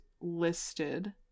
listed